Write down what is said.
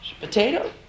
potato